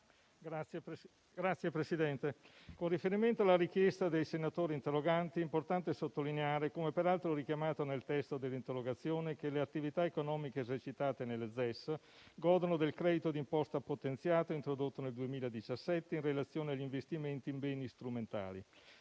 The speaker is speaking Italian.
Signor Presidente, con riferimento alla richiesta dei senatori interroganti è importante sottolineare, come peraltro richiamato nel testo dell'interrogazione, che le attività economiche esercitate nelle ZES godono del credito d'imposta potenziato e introdotto nel 2017 in relazione agli investimenti in beni strumentali